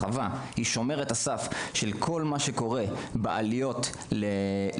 החווה היא שומרת הסף של כל מה שקורה בעליות לגולן,